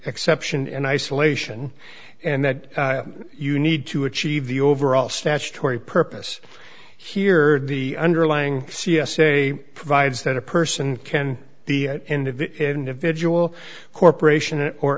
exception in isolation and that you need to achieve the overall statutory purpose here the underlying c s a provides that a person can the end of the individual corporation or